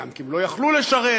גם כי הם לא יכלו לשרת,